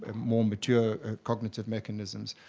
and more mature cognitive mechanisms,